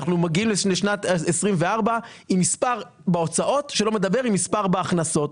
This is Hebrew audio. אנחנו מגיעים לשנת 24' עם מספר בהוצאות שלא מדבר עם מספר בהכנסות.